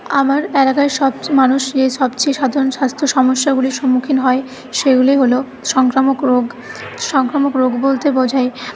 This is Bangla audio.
আমার এলাকার সব মানুষ যে সবচেয়ে সাধারণ স্বাস্থ্য সমস্যাগুলির সম্মুখীন হয় সেইগুলি হল সংক্রামক রোগ সংক্রামক রোগ বলতে বোঝায়